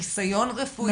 חיסיון רפואי.